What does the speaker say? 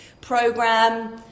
program